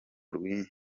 rw’iminsi